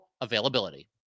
availability